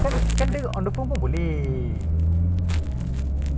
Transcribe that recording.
patut bila aku buat gitu engkau real kau masuk